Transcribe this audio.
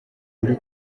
uri